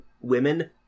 women